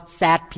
sad